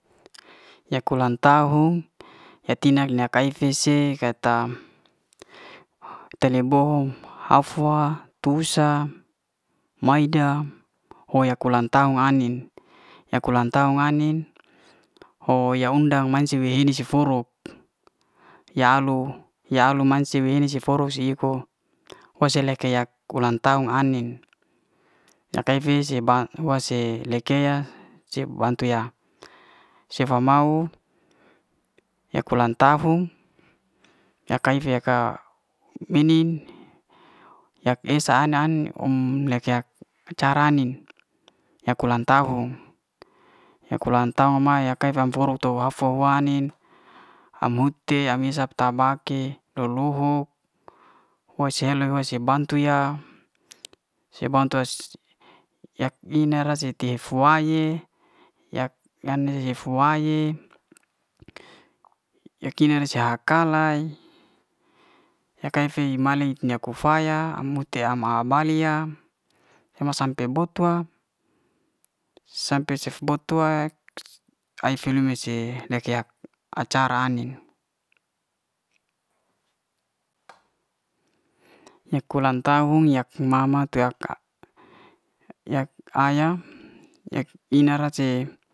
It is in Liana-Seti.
Ya kolan tahun ya tina ina kai'kis si kata tele'bom haf'wa, tu'sa, mae'dam hoya kolan taun ai'nin. ya kolan taun ai'nin hoya undang mancine hini si furuk ya'alu, ya'alu mencine si furuk si iko wase leke'yak ulan taun ai'nin ya'kaifi ba'wase le'kea sea bantu ya sefa mau yak'ulan tahun yak kai'fe ya ka mi'nin yak esa an- an'nin om lem'yak- yak cara'nin yak'ulan tahun yak'ulan tahun maya kefa furun'to ya'fo wa'ainin am huti, am hisa ta'baki ro'loluhu wa'sele wa'sea bantu ya sea bantu ya yak'ina nya rak setif fua'yee yak yidu fu'aye ya'kinan ne yas sya'kali yakaifi malik ya'kufaya am huti e am- am bali'a nya sampe but'tuak. sampe cef bet'tuak ai file'wese la'keyak acara'ne, ne kolan tahun yak mama tak yak ayah yak ina'race.